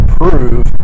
prove